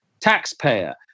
taxpayer